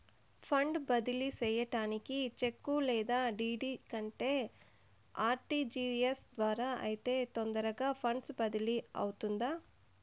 funds బదిలీ సేయడానికి చెక్కు లేదా డీ.డీ కంటే ఆర్.టి.జి.ఎస్ ద్వారా అయితే తొందరగా ఫండ్స్ బదిలీ అవుతుందా